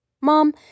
Mom